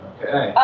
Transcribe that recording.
Okay